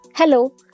Hello